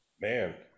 man